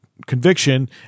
Conviction